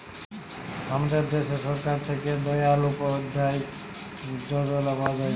আমাদের দ্যাশে সরকার থ্যাকে দয়াল উপাদ্ধায় যজলা পাওয়া যায়